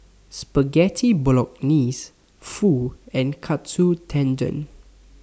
Spaghetti Bolognese Pho and Katsu Tendon